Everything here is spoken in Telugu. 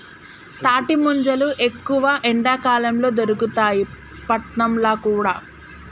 తాటి ముంజలు ఎక్కువ ఎండాకాలం ల దొరుకుతాయి పట్నంల కూడా